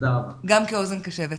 גם כאוזן קשבת.